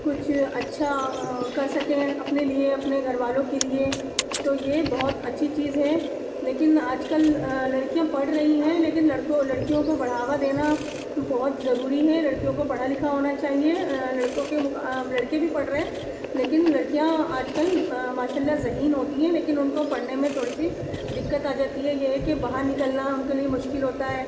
کچھ اچھا کر سکیں اپنے لیے اپنے گھر والوں کے لیے تو یہ بہت اچھی چیز ہے لیکن آج کل لڑکیاں پڑھ رہی ہیں لیکن لڑکوں لڑکیوں کو بڑھاوا دینا بہت ضروری ہے لڑکیوں کو پڑھا لکھا ہونا چاہیے لڑکوں کے مکا لڑکے بھی پڑھ رہے ہیں لیکن لڑکیاں آج کل ماشاء اللہ ذہین ہوتی ہیں لیکن ان کو پڑھنے میں تھوڑی سی دقت آ جاتی ہے یہ ہے کہ باہر نکلنا ان کے لیے مشکل ہوتا ہے